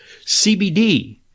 CBD